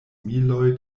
miloj